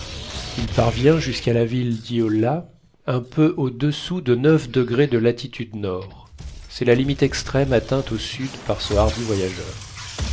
il parvient jusqu'à la ville d'yola un peu au-dessous du degré de latitude nord c'est la limite extrême atteinte au sud par ce hardi voyageur